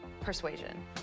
Persuasion